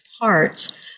parts